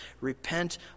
repent